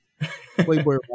Playboy